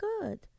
good